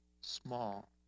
small